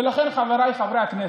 ולכן, חבריי חברי הכנסת,